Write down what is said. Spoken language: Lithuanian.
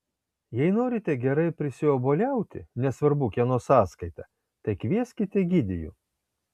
jei norite gerai prisiobuoliauti nesvarbu kieno sąskaita tai kvieskit egidijų